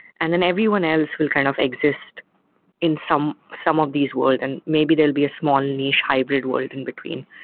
and then everyone else will kind of exist in some some of these world, and maybe there'll be small niche hybrid world in between.